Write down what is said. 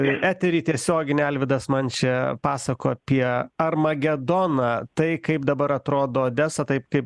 eterį tiesioginį alvydas man čia pasakojo apie armagedoną tai kaip dabar atrodo odesa tai kaip